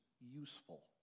useful